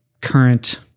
current